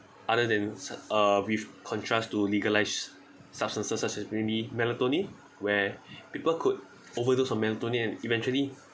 other than uh with contrast to legalised substances such as maybe melatonin where people could overdose of melatonin and eventually